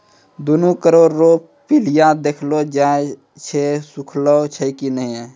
दौनी करै रो पहिले देखलो जाय छै सुखलो छै की नै